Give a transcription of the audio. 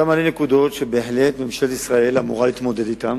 אתה מעלה נקודות שממשלת ישראל אמורה להתמודד אתן,